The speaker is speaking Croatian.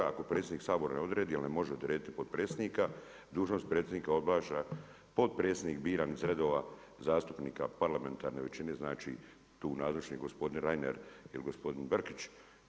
Ako predsjednik Sabora ne odredi, jer ne može odrediti potpredsjednika dužnost predsjednika obnaša potpredsjednik biran iz redova zastupnika parlamentarne većine“, znači tu nazočni gospodin Reiner ili gospodin Brkić.